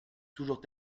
toujours